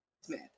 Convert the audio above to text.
Smith